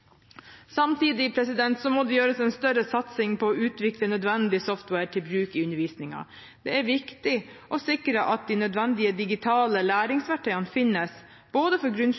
må det gjøres en større satsing på å utvikle nødvendig software til bruk i undervisningen. Det er viktig å sikre at de nødvendige digitale læringsverktøyene finnes, både for